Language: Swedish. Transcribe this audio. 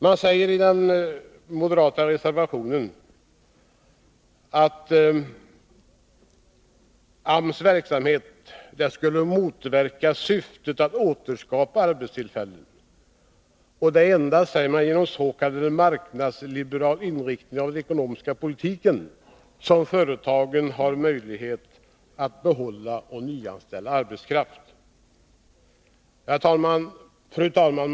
Man säger i den moderata reservationen att AMS verksamhet skulle motverka syftet att återskapa arbetstillfällen. Det är endast, säger man, genom en s.k. marknadsliberal inriktning av den ekonomiska politiken som företagen har möjlighet att behålla och nyanställa arbetskraft. Fru talman!